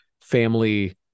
family